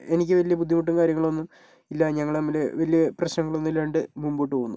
എനിക്ക് വലിയ ബുദ്ധിമുട്ടും കാര്യങ്ങളൊന്നും ഇല്ല ഞങ്ങൾ തമ്മിൽ വലിയ പ്രശ്നങ്ങളൊന്നും ഇല്ലാണ്ട് മുൻപോട്ടു പോകുന്നു